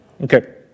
Okay